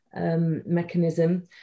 mechanism